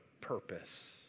purpose